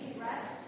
rest